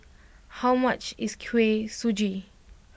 how much is Kuih Suji